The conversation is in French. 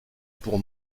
pour